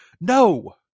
No